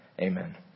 Amen